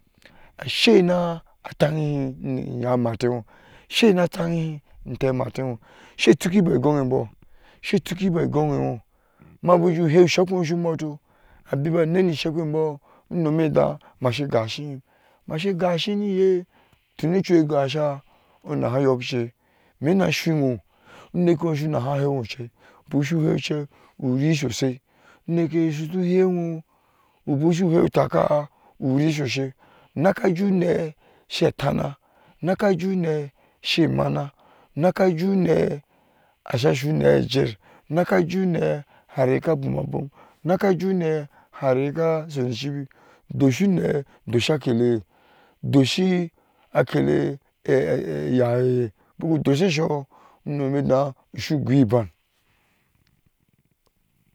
Asai na tahehi eyah ma teyɔɔ asaina tahɛhi ifɛɛe mateyɔɔ sai tukubuou igoŋ bɔɔ sai tuke ye igoŋ yɔɔ amma buko jeh ju nani shɛpa hou su muko unomi dɛh ma sai gashi yem masai gashiyem niyeh ton nochu gasa onahɛ yɔɔkeche imi na soyɔɔ nikeyɔɔ unahɛ heyɔɔ chai buku su he chai urai sosai unike hon to hɛhon buku su taka urai sosai unaka ju ude sai tana sosai unaka ju unɛ sai mana naka ju unɛ aso unɛ cher naka ju unɛ hareha ka boma bom unaka ju unɛ hare ye ka sonɛ chibi doso nɛ doso akele hɛ buku doshi sauyɔɔ unomi dɛh usu gou ban.